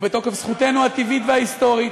ובתוקף זכותנו הטבעית וההיסטורית,